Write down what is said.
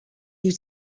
you